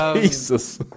Jesus